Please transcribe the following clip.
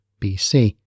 BC